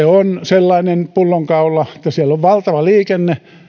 on sellainen pullonkaula että siellä on valtava liikenne